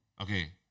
Okay